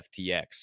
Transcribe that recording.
FTX